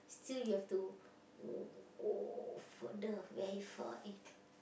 still you have to w~ go further very far end